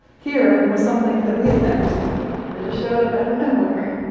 here was something that we had never seen that just showed up out of nowhere.